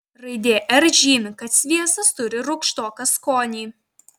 raidė r žymi kad sviestas turi rūgštoką skonį